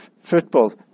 football